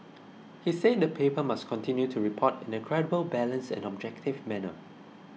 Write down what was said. he said the paper must continue to report in a credible balanced and objective manner